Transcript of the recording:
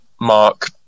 mark